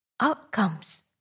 Outcomes